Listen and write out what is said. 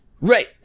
Right